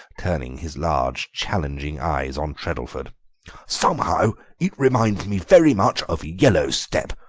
turning his large challenging eyes on treddleford somehow it reminds me very much of yellowstep,